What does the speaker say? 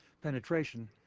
penetration